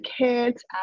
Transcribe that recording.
kids